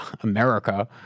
America